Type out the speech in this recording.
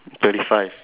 thirty five